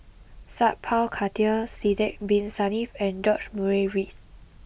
Sat Pal Khattar Sidek bin Saniff and George Murray Reith